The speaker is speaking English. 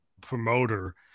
promoter